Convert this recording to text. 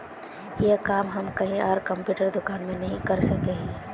ये काम हम कहीं आर कंप्यूटर दुकान में नहीं कर सके हीये?